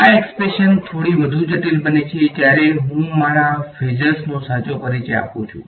આ એક્સપ્રેશન થોડી વધુ જટિલ બને છે જ્યારે હું મારા ફેઝર્સનો સાચો પરિચય આપું છું